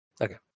okay